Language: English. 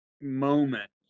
moment